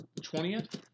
20th